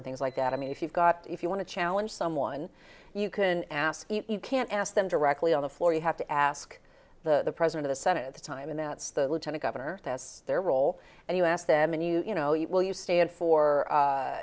and things like that i mean if you've got if you want to challenge someone you can ask can't ask them directly on the floor you have to ask the president of the senate the time and that's the lieutenant governor that's their role and you ask them and you know you will you stand for